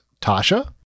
Tasha